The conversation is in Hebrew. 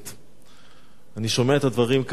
אני שומע את הדברים כאן ואני מזועזע.